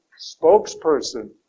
spokesperson